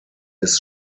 ice